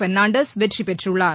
பெர்னான்டஸ் வெற்றி பெற்றுள்ளார்